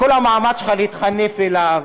לכן, כל המאמץ שלך להתחנף אליו,